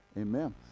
Amen